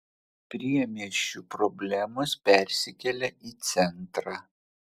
priemiesčių problemos persikelia į centrą